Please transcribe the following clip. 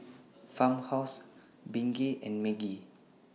Farmhouse Bengay and Maggi